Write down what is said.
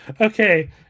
okay